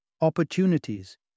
Opportunities